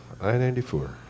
I-94